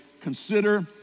consider